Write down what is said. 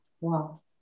Wow